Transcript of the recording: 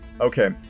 Okay